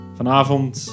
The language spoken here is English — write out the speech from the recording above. Vanavond